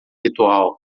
ritual